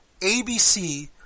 ABC